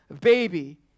baby